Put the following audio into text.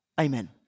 Amen